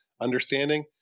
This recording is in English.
understanding